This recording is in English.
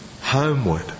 homeward